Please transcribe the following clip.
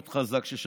וורט חזק ששמעתי